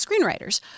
screenwriters